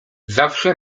zawsze